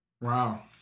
Wow